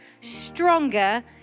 stronger